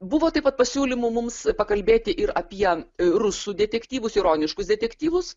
buvo taip pat pasiūlymų mums pakalbėti ir apie rusų detektyvus ironiškus detektyvus